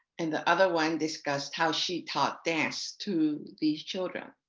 and the other one discussed how she taught dance to these children.